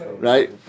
Right